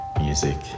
music